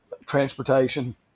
transportation